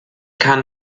kann